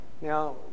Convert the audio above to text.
Now